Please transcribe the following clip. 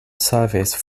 service